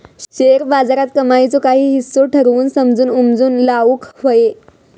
share बाजारात कमाईचो काही हिस्सो ठरवून समजून उमजून लाऊक व्हये